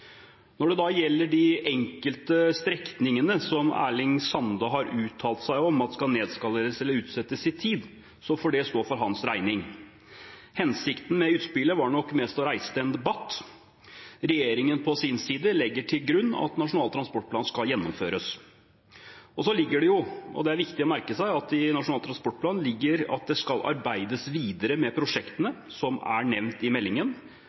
Når det gjelder de enkelte strekningene som Erling Sande har uttalt seg om, at skal nedskaleres eller utsettes i tid, får det stå for hans regning. Hensikten med utspillet var nok mest å reise en debatt. Regjeringen på sin side legger til grunn at Nasjonal transportplan skal gjennomføres. Så ligger det, og det er det viktig å merke seg, i Nasjonal transportplan at det skal arbeides videre med prosjektene, som er nevnt i meldingen,